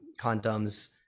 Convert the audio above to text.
condoms